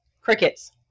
crickets